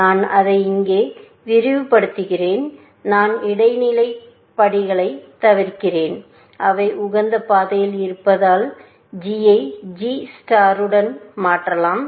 நான் அதை இங்கே விரிவு படுத்துகிறேன் நான் இடைநிலை படிகளைத் தவிர்க்கிறேன் அவை உகந்த பாதையில் இருப்பதால் g ஐ g நட்சத்திரத்துடன் மாற்றலாம்